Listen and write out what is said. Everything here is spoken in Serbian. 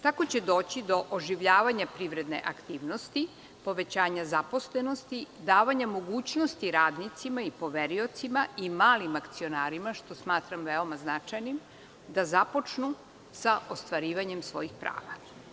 Tako će doći do oživljavanja privredne aktivnosti, povećanja zaposlenosti, davanja mogućnosti radnicima, poveriocima i malim akcionarima, što smatram veoma značajnim, da započnu sa ostvarivanjem svojih prava.